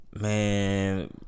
Man